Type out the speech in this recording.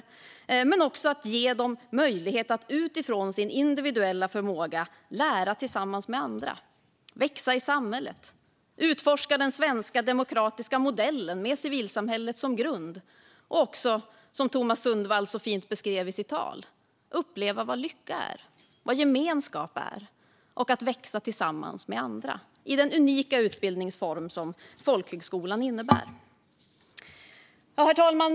Studieförbunden och folkhögskolorna ger var och en möjlighet att utifrån sin individuella förmåga lära tillsammans med andra, växa i samhället, utforska den svenska demokratiska modellen med civilsamhället som grund och även - som Thomas Sundvall så fint beskrev i sitt tal - uppleva vad lycka och gemenskap är och växa tillsammans med andra i den unika utbildningsform som folkhögskolan innebär. Herr talman!